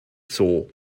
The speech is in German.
zoo